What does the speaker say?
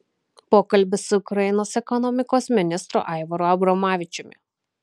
pokalbis su ukrainos ekonomikos ministru aivaru abromavičiumi